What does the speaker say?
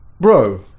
Bro